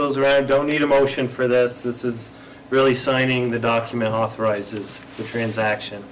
those rare don't need a motion for this this is really signing the document authorizes the transaction